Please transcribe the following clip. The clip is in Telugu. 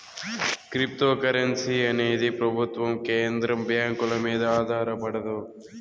క్రిప్తోకరెన్సీ అనేది ప్రభుత్వం కేంద్ర బ్యాంకుల మీద ఆధారపడదు